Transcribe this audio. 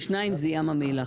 ושניים זה ים המלח.